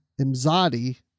Imzadi